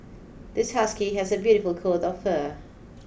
this husky has a beautiful coat of fur